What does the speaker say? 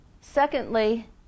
Secondly